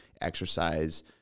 exercise